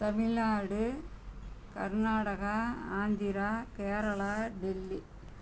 Tamil Nadu Karnataka Andhra Kerala Delhi